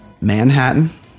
Manhattan